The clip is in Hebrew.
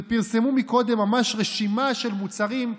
פרסמו קודם ממש רשימה של מוצרים.